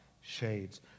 shades